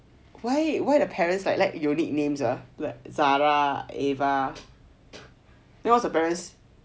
why why the parents like like unique names ah like zara eva then what's her parents